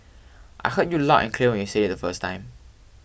I heard you loud and clear when you said it the first time